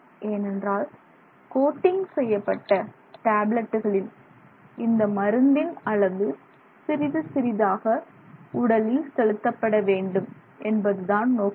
ஏனென்றால் கோட்டிங் செய்யப்பட்ட டேப்லெட்டுகளில் இந்த மருந்தின் அளவு சிறிது சிறிதாக உடலின் செலுத்தப்பட வேண்டும் என்பதுதான் நோக்கம்